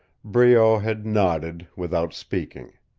breault had nodded, without speaking.